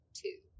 two